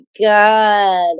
god